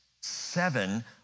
seven